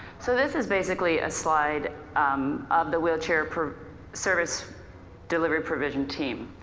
so this is basically a slide of the wheelchair service delivery provision team.